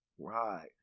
Right